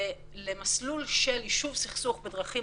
למסלול של יישוב סכסוך בדרכים